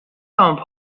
لامپ